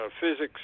Physics